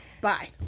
bye